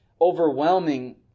overwhelming